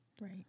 Right